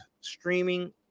streaming